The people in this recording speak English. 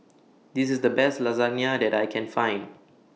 This IS The Best Lasagne that I Can Find